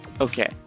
Okay